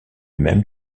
même